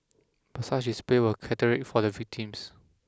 but such displays were cathartic for the victims